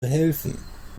helfen